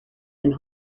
and